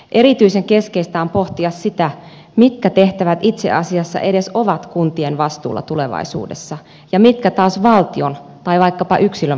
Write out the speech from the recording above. erityisen keskeistä on pohtia sitä mitkä tehtävät itse asiassa edes ovat kuntien vastuulla tulevaisuudessa ja mitkä taas valtion tai vaikkapa yksilön vastuulla